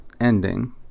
ending